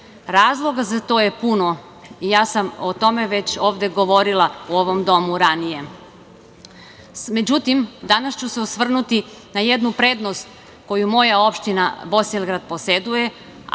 Razloga za to je puno i ja sam o tome već ovde govorila u ovom domu ranije.Međutim, danas ću se osvrnuti na jednu prednost koju moja opština Bosilegrad poseduje,